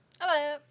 Hello